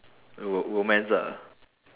ro~ romance ah